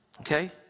Okay